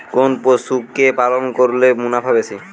কোন পশু কে পালন করলে মুনাফা বেশি?